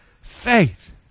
faith